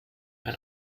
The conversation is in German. mein